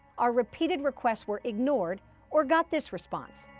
our repeated requests were ignored or got this response.